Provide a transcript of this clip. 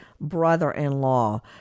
brother-in-law